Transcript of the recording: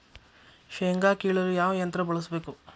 ಶೇಂಗಾ ಕೇಳಲು ಯಾವ ಯಂತ್ರ ಬಳಸಬೇಕು?